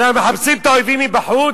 אנחנו מחפשים את האויבים מבחוץ?